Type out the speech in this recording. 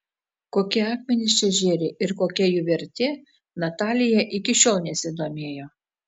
kokie akmenys čia žėri ir kokia jų vertė natalija iki šiol nesidomėjo